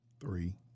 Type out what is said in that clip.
Three